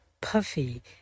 puffy